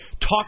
Talk